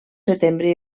setembre